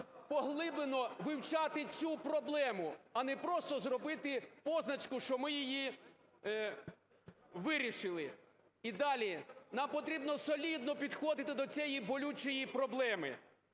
поглиблено вивчати цю проблему, а не просто зробити позначку, що ми її вирішили. І далі. Нам потрібно солідно підходити до цієї болючої проблеми.